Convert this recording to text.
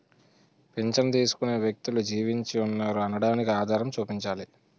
పింఛను తీసుకునే వ్యక్తులు జీవించి ఉన్నారు అనడానికి ఆధారం చూపించాలి